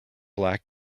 black